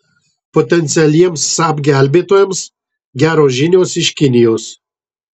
potencialiems saab gelbėtojams geros žinios iš kinijos